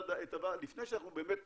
לפני שאנחנו באמת